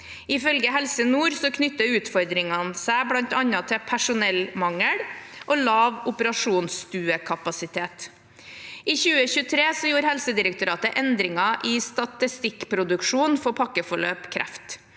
Ifølge Helse Nord knytter utfordringene seg bl.a. til personellmangel og lav operasjonsstuekapasitet. I 2023 gjorde Helsedirektoratet endringer i statistikkproduksjonen for pakkeforløp kreft.